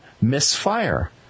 misfire